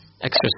exercise